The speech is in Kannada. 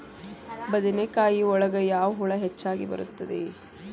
ಬದನೆಕಾಯಿ ಒಳಗೆ ಯಾವ ಹುಳ ಹೆಚ್ಚಾಗಿ ಬರುತ್ತದೆ?